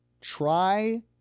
Try